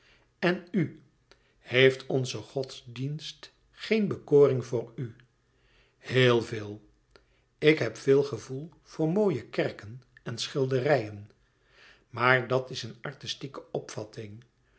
en u heeft onze godsdienst geen bekoring voor u heel veel ik heb veel gevoel voor mooie kerken en schilderijen maar dat is een artistieke opvatting